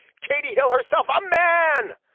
katie hill herself a man.